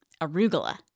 arugula